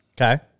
Okay